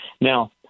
Now